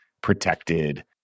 protected